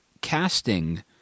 casting